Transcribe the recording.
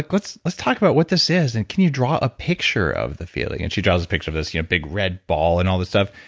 like let's let's talk about what this is and can you draw a picture of the feeling? and she draws a picture of this you know big red ball and all this stuff.